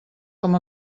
com